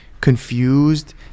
confused